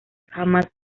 jamás